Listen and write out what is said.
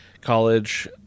College